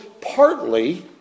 partly